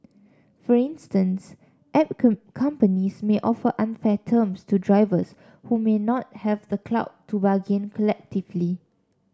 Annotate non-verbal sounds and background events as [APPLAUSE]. for instance app [UNINTELLIGIBLE] companies may offer unfair terms to drivers who may not have the clout to bargain collectively